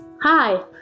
Hi